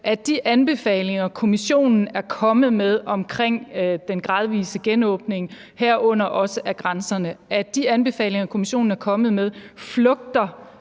at de anbefalinger, Kommissionen er kommet med omkring den gradvise genåbning, herunder også af grænserne, flugter med den danske regerings